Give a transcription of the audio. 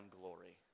glory